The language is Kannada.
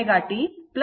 9o ಆಗಿರುತ್ತದೆ